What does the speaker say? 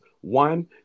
one